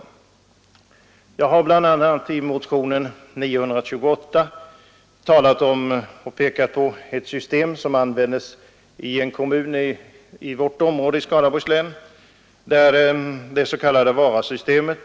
Jag har bl.a. i motionen 928 yrkat på ett system som används inom vårt område i Skaraborgs län, det s.k. Varasystemet.